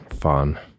fun